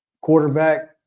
quarterback